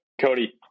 Cody